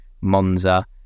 Monza